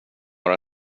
vara